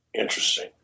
Interesting